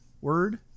word